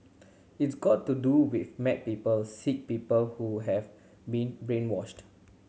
it's got to do with mad people sick people who have been brainwashed